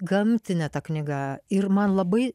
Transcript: gamtinė ta knyga ir man labai